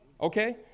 Okay